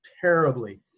terribly